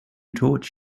taught